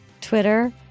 Twitter